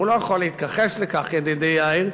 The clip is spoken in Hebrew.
הוא לא יכול להתכחש לכך, ידידי יאיר.